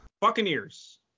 Buccaneers